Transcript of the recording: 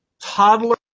toddler